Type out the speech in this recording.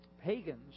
pagans